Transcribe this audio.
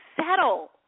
settle